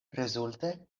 rezulte